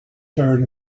tired